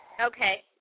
Okay